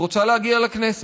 היא רוצה להגיע לכנסת.